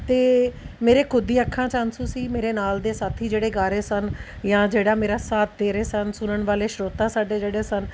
ਅਤੇ ਮੇਰੇ ਖੁਦ ਦੀਆਂ ਅੱਖਾਂ 'ਚ ਆਂਸੂ ਸੀ ਮੇਰੇ ਨਾਲ ਦੇ ਸਾਥੀ ਜਿਹੜੇ ਗਾ ਰਹੇ ਸਨ ਜਾਂ ਜਿਹੜਾ ਮੇਰਾ ਸਾਥ ਦੇ ਰਹੇ ਸਨ ਸੁਣਨ ਵਾਲੇ ਸਰੋਤਾ ਸਾਡੇ ਜਿਹੜੇ ਸਨ